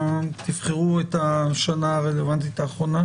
תבחרו אתם את השנה הרלוונטית האחרונה.